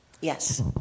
Yes